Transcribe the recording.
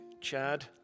Chad